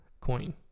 coin